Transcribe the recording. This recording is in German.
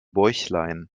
bäuchlein